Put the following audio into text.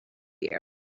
fear